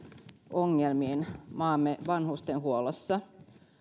ongelmiin maamme vanhustenhuollossa